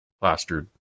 plastered